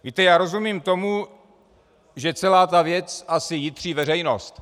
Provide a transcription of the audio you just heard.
Víte, já rozumím tomu, že celá ta věc asi jitří veřejnost.